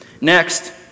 Next